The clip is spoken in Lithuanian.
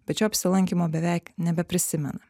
bet šio apsilankymo beveik nebeprisimena